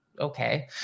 okay